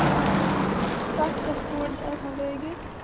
اَچھا تتھ کٔژ پونٛڈ چھِ آسان لٲگِتھ